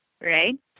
right